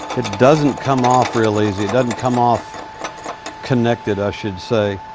it doesn't come off real easy. it doesn't come off connected, i should say,